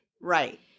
Right